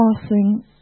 passing